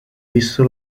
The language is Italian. visto